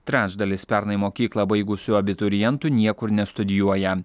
trečdalis pernai mokyklą baigusių abiturientų niekur nestudijuoja